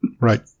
right